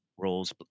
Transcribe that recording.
roles